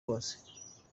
rwose